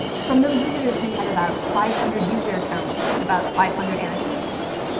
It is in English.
from those visitors, we had about five hundred user accounts, and about five hundred annotations.